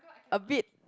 a bit